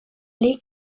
pli